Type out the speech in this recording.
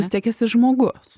vis tiek esi žmogus